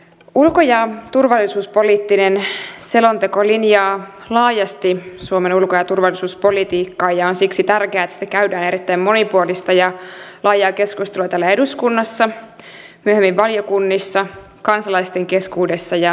ulko ja turvallisuuspoliittinen selonteko linjaa laajasti suomen ulko ja turvallisuuspolitiikkaa ja on siksi tärkeää että siitä käydään erittäin monipuolista ja laajaa keskustelua täällä eduskunnassa myöhemmin valiokunnissa kansalaisten keskuudessa ja tiedotusvälineissä